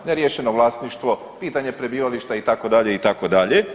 Neriješeno vlasništvo, pitanje prebivališta, itd., itd.